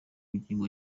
ngingo